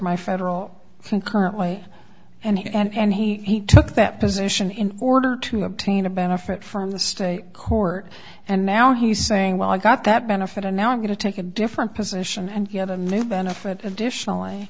my federal concurrent way and he took that position in order to obtain a benefit from the state court and now he's saying well i got that benefit and now i'm going to take a different position and you have a new benefit additionally